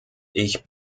ich